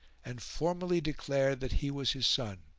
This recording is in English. and formally declared that he was his son.